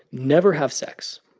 never have sex,